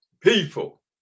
people